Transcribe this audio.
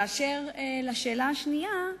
באשר לשאלה השנייה,